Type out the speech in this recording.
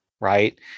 right